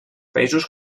països